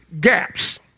gaps